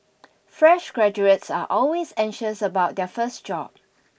fresh graduates are always anxious about their first job